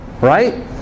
right